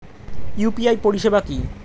UPI পরিষেবা কি?